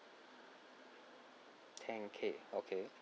ten K okay